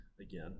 again